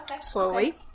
Slowly